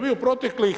Vi u proteklih